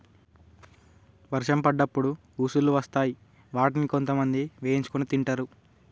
వర్షం పడ్డప్పుడు ఉసుల్లు వస్తాయ్ వాటిని కొంతమంది వేయించుకొని తింటరు